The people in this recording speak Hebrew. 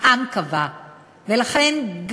כי